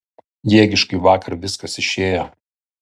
jėgiškai vakar viskas išėjo